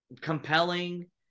compelling